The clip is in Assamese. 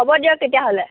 হ'ব দিয়ক তেতিয়াহ'লে